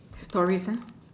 stories ah